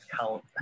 count